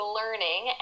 learning